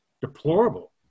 deplorable